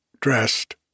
dressed